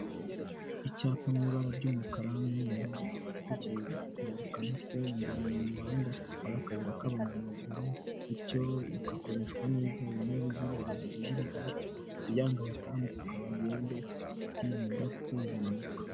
Icyapa mu ibara ry'umukara, umweru, umutuku kirekana ko imbere mu muhanda hari akayira k'abanyamaguru, bityo bigakoreshwa neza ibinyabiziga bihageze bikahagarara kugira ngo batambuka bagende bakirinda guteza impanuka.